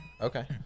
Okay